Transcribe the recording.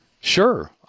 Sure